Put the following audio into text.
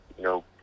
no